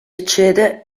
accede